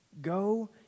Go